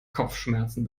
kopfschmerzen